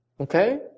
Okay